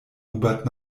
hubert